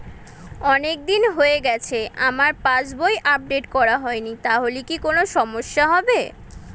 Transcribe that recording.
অনেকদিন হয়ে গেছে আমার পাস বই আপডেট করা হয়নি তাহলে কি কোন সমস্যা হবে?